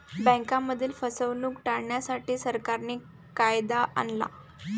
बँकांमधील फसवणूक टाळण्यासाठी, सरकारने कायदा आणला